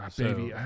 baby